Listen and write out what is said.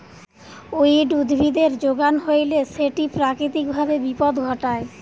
weed উদ্ভিদের যোগান হইলে সেটি প্রাকৃতিক ভাবে বিপদ ঘটায়